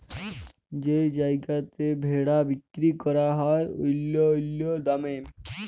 যেই জায়গাতে ভেড়া বিক্কিরি ক্যরা হ্যয় অল্য অল্য দামে